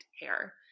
hair